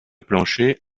plancher